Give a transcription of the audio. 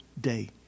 day